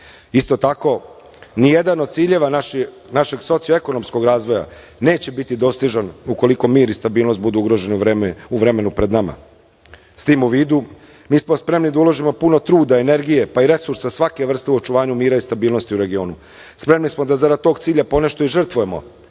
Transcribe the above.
Isto tako, nijedan od ciljeva našeg socio-ekonomskog razvoja neće biti dostižan ukoliko mir i stabilnost budu ugroženi u vremenu pred nama.S tim u vidu, mi smo spremni da uložimo puno truda i energije, pa i resursa svake vrste u očuvanju mira i stabilnosti u regionu. Spremni smo da zarad tog cilja ponešto i žrtvujemo,